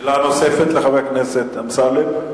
שאלה נוספת לחבר הכנסת אמסלם.